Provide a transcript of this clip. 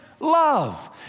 Love